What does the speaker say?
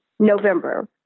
November